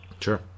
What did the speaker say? Sure